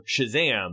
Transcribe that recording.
Shazam